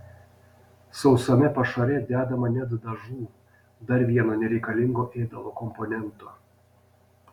sausame pašare dedama net dažų dar vieno nereikalingo ėdalo komponento